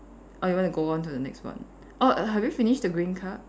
or you want to go on to the next one orh have you finish the green card